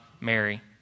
Mary